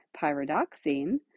pyridoxine